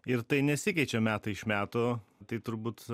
ir tai nesikeičia metai iš metų tai turbūt